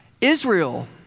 Israel